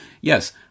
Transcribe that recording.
yes